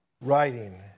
writing